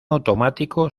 automático